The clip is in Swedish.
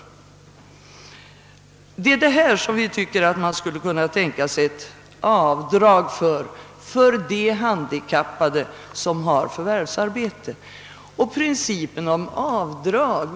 Man skulle kunna tänka sig att de handikappade som har förvärvsarbete fick avdrag för sådana kostnader.